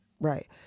right